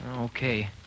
Okay